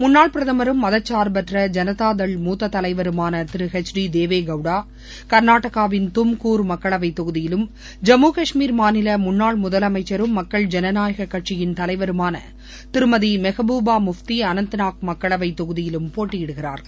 முன்னாள் பிரதமரும் மதசார்பற்ற ஜனதாதள் மூத்த தலைவருமாள திரு எச் டி தேவகவுடா கர்நாடகாவின் தும்கூர் மக்களவை தொகுதியிலும் ஜம்மு காஷ்மீர் மாநில முன்னாள் முதலமைச்சரும் மக்கள் ஜனநாயக கட்சியின் தலைவருமான திருமதி மெஹ்பூபா முஃப்தி அனந்தநாக் மக்களவை தொகுதியிலும் போட்டியிடுகிறார்கள்